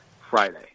Friday